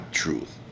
truth